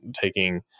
taking